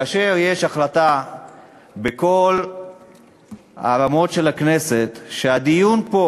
כאשר יש החלטה בכל הרמות של הכנסת שהדיון פה